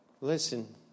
Listen